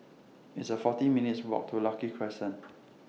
It's A forty minutes' Walk to Lucky Crescent